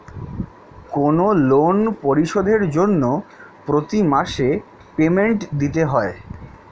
কোনো লোন পরিশোধের জন্য প্রতি মাসে পেমেন্ট দিতে হয়